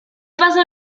pasó